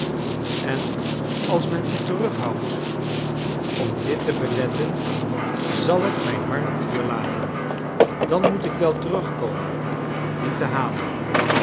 en als men u terughoudt om dit te beletten zal ik mijn harp hier laten dan moet ik wel terugkomen om die te halen